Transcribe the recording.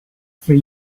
three